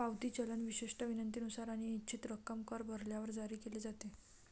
पावती चलन विशिष्ट विनंतीनुसार आणि निश्चित रक्कम कर भरल्यावर जारी केले जाते